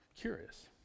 curious